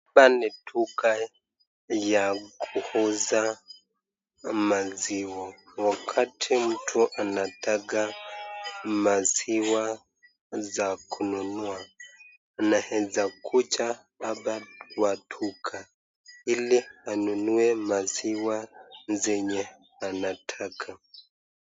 Hapa ni duka ya kuuza maziwa. Wakati mtu anataka maziwa za kununua anaweza kuja hapa kwa duka ili anunue maziwa zenye anataka.